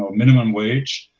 minimum wage.